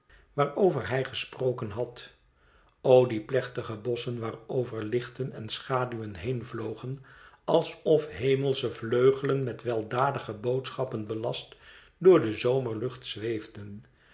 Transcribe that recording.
waarover hij gesproken had o die plechtige bosschen waarover lichten en schaduwen heënvlogen alsof hemelsche vleugelen met weldadige boodschappen belast door de zomerlucht zweefden